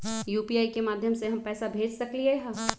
UPI के माध्यम से हम पैसा भेज सकलियै ह?